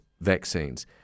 vaccines